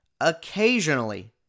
occasionally